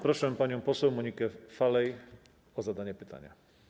Proszę panią poseł Monikę Falej o zadanie pytania.